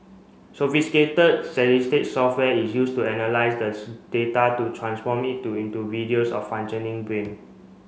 sophisticated software is used to analyse the data to transform it to into videos of functioning brain